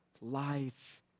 life